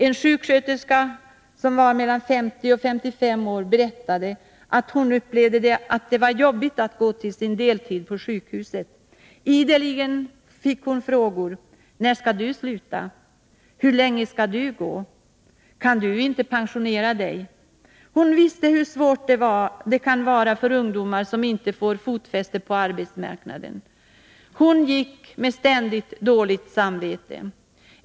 En sjuksköterska, som var mellan 50 och 55 år, berättade att hon upplevde det som jobbigt att gå till sin deltid på sjukhuset. Ideligen fick hon frågor: När skall du sluta? Hur länge skall du gå? Kan du inte pensionera dig? Hon visste hur svårt det kan vara för ungdomar som inte får fotfäste på arbetsmarknaden. Hon gick med ständigt dåligt samvete.